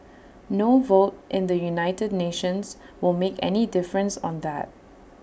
no vote in the united nations will make any difference on that